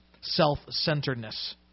Self-centeredness